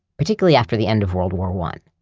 particularly after the end of world war one.